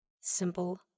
Simple